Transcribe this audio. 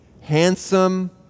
handsome